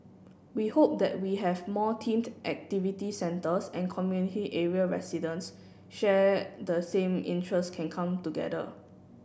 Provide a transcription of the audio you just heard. we hope that we have more themed activity centres and community area residents share the same interest can come together